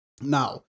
Now